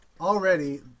already